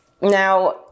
now